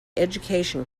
education